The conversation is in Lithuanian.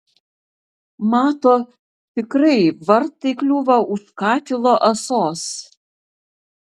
mato tikrai vartai kliūva už katilo ąsos